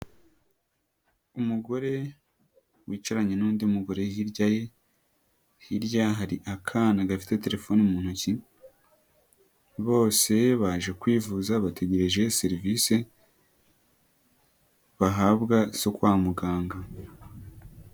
Umugore wicaranye n'undi mugore hirya ye, hirya ye hari akana gafite telefoni mu ntoki, bose baje kwivuza bategereje serivise bahabwa zo kwa muganga.